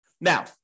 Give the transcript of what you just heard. Now